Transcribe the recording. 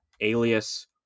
Alias